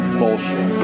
bullshit